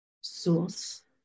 source